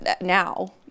now